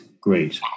great